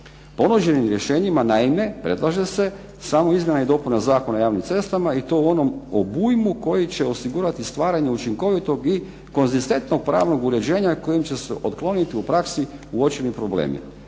Ponuđenim rješenjima naime predlaže se samo izmjena i dopuna Zakona o javnim cestama, i to u onom obujmu koji će osigurati stvaranje učinkovitog i konzistentnog pravnog uređenja kojim će se otkloniti u praksi uočeni problemi.